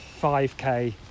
5K